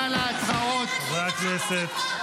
--- חברת הכנסת ביטון.